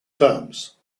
terms